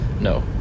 No